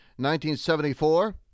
1974